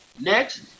Next